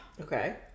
okay